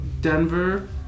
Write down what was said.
Denver